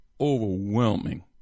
overwhelming